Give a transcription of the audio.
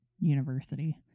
university